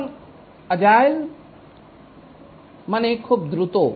সুতরাং আজেইল মানে খুব দ্রুত